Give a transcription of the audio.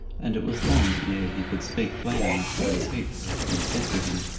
and it was long ere he could speak plain enough to repeat what had been said to him,